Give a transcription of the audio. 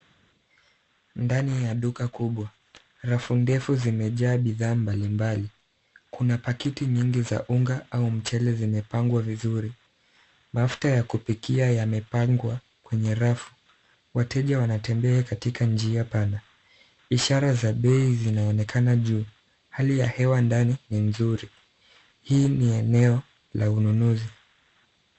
Ndani ya duka kubwa. Rafu ndefu zimejaa bidhaa mbalimbali. Kuna pakiti nyingi za unga au mchele zimepangwa vizuri. Mafuta ya kupikia yamepangwa kwenye rafu. Wateja wanatembea katika njia pana. Ishara za bei zinaonekana juu. Hali ya hewa ndani ni nzuri. Hii ni eneo la ununuzi.